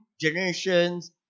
generations